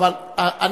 אדוני היושב-ראש.